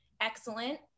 excellent